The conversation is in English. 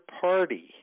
party